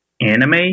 anime